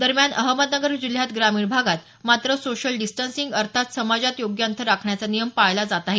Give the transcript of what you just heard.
दरम्यान अहमदनगर जिल्ह्यात ग्रामीण भागात मात्र सोशल डिस्टन्सिंग अर्थात समाजात योग्य अंतर राखण्याचा नियम पाळला जात आहे